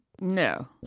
No